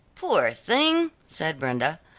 poor thing, said brenda,